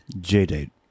J-date